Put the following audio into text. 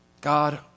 God